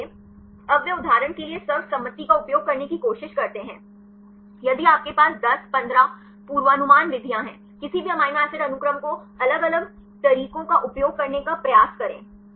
इसलिए अब वे उदाहरण के लिए सर्वसम्मति का उपयोग करने की कोशिश करते हैं यदि आपके पास 10 15 पूर्वानुमान विधियां हैं किसी भी एमिनो एसिड अनुक्रम को अलग अलग तरीकों का उपयोग करने का प्रयास करें